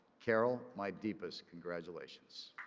carol, my deepest congratulations!